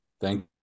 thank